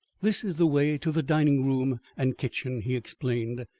this is the way to the dining-room and kitchen, he explained.